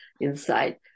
inside